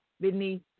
beneath